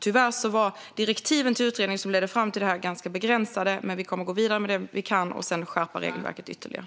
Tyvärr var direktiven till den utredning som vi talar om ganska begränsade, men vi kommer att gå vidare med det vi kan och sedan skärpa regelverket ytterligare.